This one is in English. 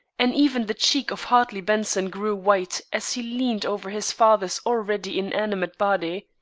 and even the cheek of hartley benson grew white as he leaned over his father's already inanimate body.